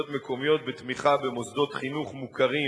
מקומיות בתמיכה במוסדות חינוך מוכרים